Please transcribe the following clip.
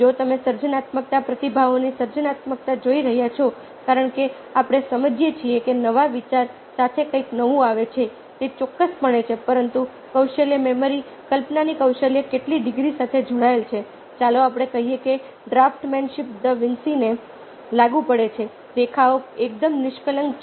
જો તમે સર્જનાત્મક પ્રતિભાઓની સર્જનાત્મકતા જોઈ રહ્યા છો કારણ કે આપણે સમજીએ છીએ કે નવા વિચાર સાથે કંઈક નવું આવે છે તે ચોક્કસપણે છે પરંતુ કૌશલ્ય મેમરી કલ્પનાની કૌશલ્ય કેટલી ડિગ્રી સાથે જોડાયેલી છે ચાલો આપણે કહીએ કે ડ્રાફ્ટમેનશિપ દા વિન્સીને લાગુ પડે છે રેખાઓ એકદમ નિષ્કલંક છે